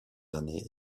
années